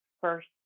first